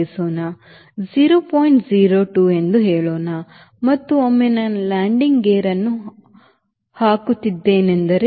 02 ಎಂದು ಹೇಳೋಣ ಮತ್ತು ಒಮ್ಮೆ ನಾನು ಲ್ಯಾಂಡಿಂಗ್ ಗೇರ್ ಅನ್ನು ಹಾಕುತ್ತಿದ್ದೇನೆಂದರೆCD naught 0